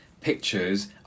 pictures